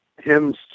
hymns